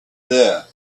there